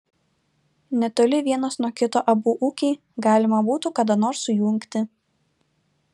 netoli vienas nuo kito abu ūkiai galima būtų kada nors sujungti